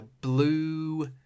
blue